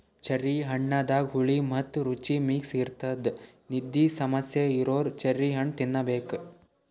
cherry ಹಣ್ಣದಾಗ್ ಹುಳಿ ಮತ್ತ್ ರುಚಿ ಮಿಕ್ಸ್ ಇರ್ತದ್ ನಿದ್ದಿ ಸಮಸ್ಯೆ ಇರೋರ್ ಚೆರ್ರಿ ಹಣ್ಣ್ ತಿನ್ನಬೇಕ್